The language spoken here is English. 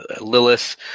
Lilith